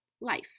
life